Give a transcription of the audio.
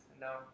No